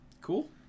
Cool